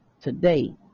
today